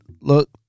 Look